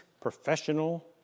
professional